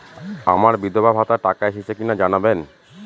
আমার বিধবাভাতার টাকা এসেছে কিনা জানাবেন?